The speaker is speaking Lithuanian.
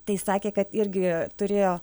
tai sakė kad irgi turėjo